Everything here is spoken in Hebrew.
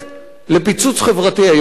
לפיצוץ חברתי איום ונורא,